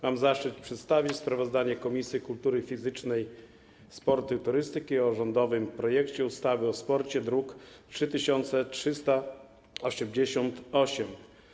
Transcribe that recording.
Mam zaszczyt przedstawić sprawozdanie Komisji Kultury Fizycznej, Sportu i Turystyki o rządowym projekcie ustawy o sporcie, druk nr 3388.